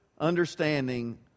understanding